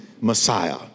Messiah